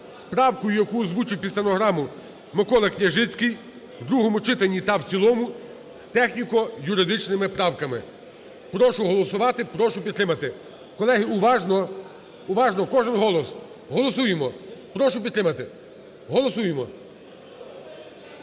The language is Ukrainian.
правкою, яку озвучив під стенограму Микола Княжицький, в другому читанні та в цілому з техніко-юридичними правками. Прошу голосувати. Прошу підтримати. Колеги, уважно! Уважно! Кожен голос. Голосуємо. Прошу підтримати. Голосуємо.